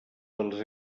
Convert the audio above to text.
dels